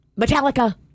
Metallica